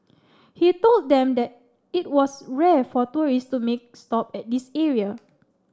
he told them that it was rare for tourists to make stop at this area